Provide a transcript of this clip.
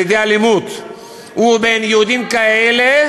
על-ידי אלימות, ובין יהודים כאלה